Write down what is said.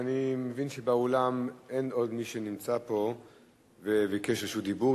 אני מבין שבאולם אין עוד מי שנמצא פה וביקש רשות דיבור.